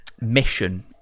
mission